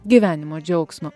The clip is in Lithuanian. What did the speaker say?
gyvenimo džiaugsmo